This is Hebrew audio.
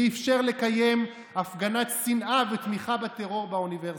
ואפשר לקיים הפגנת שנאה ותמיכה בטרור באוניברסיטה.